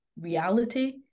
reality